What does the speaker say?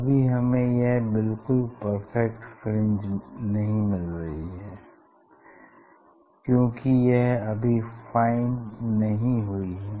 अभी हमें यह बिलकुल परफेक्ट फ्रिंज नहीं मिली हैं क्योंकि यह अभी फाइन नहीं हुई हैं